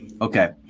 Okay